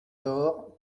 door